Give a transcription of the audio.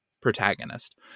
protagonist